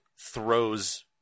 throws